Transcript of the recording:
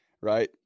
Right